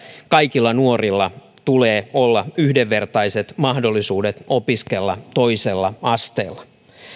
kaikilla nuorilla tulee olla yhdenvertaiset mahdollisuudet opiskella toisella asteella